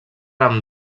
amb